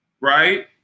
right